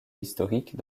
historique